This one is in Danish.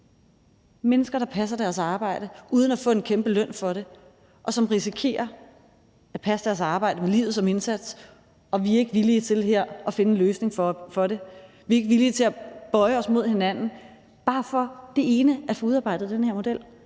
mennesker, der passer deres arbejde uden at få en kæmpe løn for det, og som risikerer at passe deres arbejde med livet som indsats. Og vi er ikke villige til her at finde en løsning på det. Vi er ikke villige til at bøje os mod hinanden for bare det ene at få udarbejdet den her model.